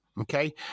Okay